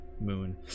moon